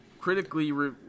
critically